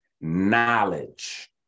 Knowledge